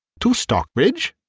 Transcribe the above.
to stockbridge!